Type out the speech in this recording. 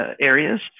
areas